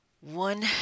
One